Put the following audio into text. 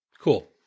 Cool